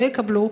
לא יקבלו,